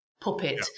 puppet